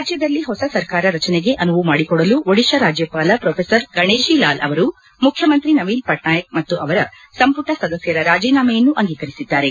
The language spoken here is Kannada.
ರಾಜ್ಲದಲ್ಲಿ ಹೊಸ ಸರ್ಕಾರ ರಚನೆಗೆ ಅನುವು ಮಾಡಿಕೊಡಲು ಒಡಿತ್ತ ರಾಜ್ಜಪಾಲ ಪೊಫಿಸರ್ ಗಣೇಶಿ ಲಾಲ್ ಅವರು ಮುಖ್ಯಂತ್ರಿ ನವೀನ್ ಪಟ್ನಾಯಕ್ ಮತ್ತು ಅವರ ಸಂಪುಟ ಸದಸ್ಯರ ರಾಜೀನಾಮೆಯನ್ನು ಅಂಗೀಕರಿಸಿದ್ದಾರೆ